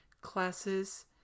classes